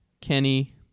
Kenny